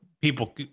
people